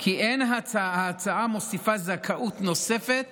כי אין ההצעה מוסיפה זכאות נוספת